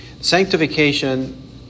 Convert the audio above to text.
Sanctification